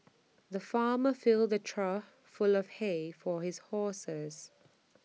the farmer filled A trough full of hay for his horses